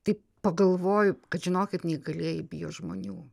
tai pagalvoju kad žinokit neįgalieji bijo žmonių